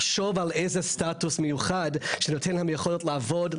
לחשוב על איזה סטטוס מיוחד שנותן להם יכולת לעבוד,